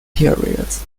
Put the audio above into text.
periods